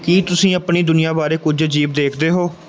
ਕੀ ਤੁਸੀਂ ਆਪਣੀ ਦੁਨੀਆ ਬਾਰੇ ਕੁਝ ਅਜੀਬ ਦੇਖਦੇ ਹੋ